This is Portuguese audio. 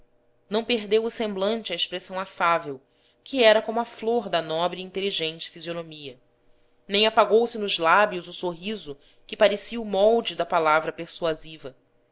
não perdeu o semblante a expressão afável que era como a flor da nobre e inteligente fisionomia nem apagou-se nos lábios o sorriso que parecia o molde da palavra persuasiva